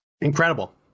incredible